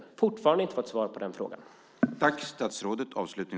Jag har fortfarande inte fått svar på den frågan.